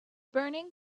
burning